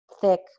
thick